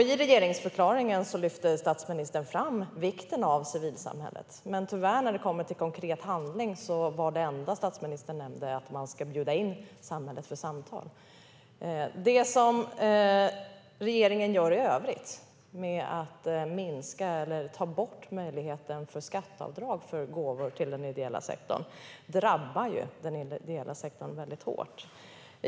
I regeringsförklaringen lyfter statsministern fram vikten av civilsamhället, men när det kommer till konkret handling var tyvärr det enda statsministern nämnde att man ska bjuda in civilsamhället för samtal. Det som regeringen i övrigt gör, med att ta bort möjligheten till skatteavdrag för gåvor till den ideella sektorn, drabbar den ideella sektorn väldigt hårt.